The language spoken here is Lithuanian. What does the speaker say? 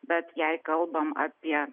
bet jei kalbam apie